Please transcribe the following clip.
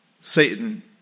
Satan